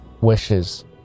wishes